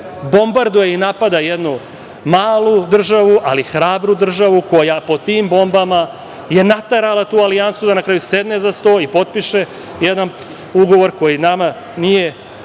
bombarduje i napada jednu malu državu, ali hrabru državu, koja pod tim bombama je naterala tu alijansu da na kraju sedne za sto i potpiše jedan ugovor koji nama nije baš tako